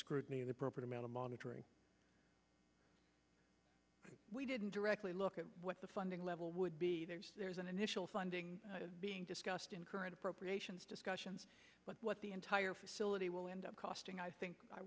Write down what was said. scrutiny the proper amount of monitoring we didn't directly look at what the funding level would be there is an initial funding being discussed in current appropriations discussions what the entire facility will end up costing i think i